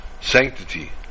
sanctity